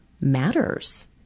matters